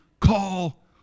call